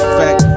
fact